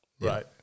right